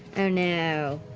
oh no.